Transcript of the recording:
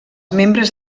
membres